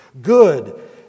Good